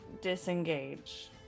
Disengage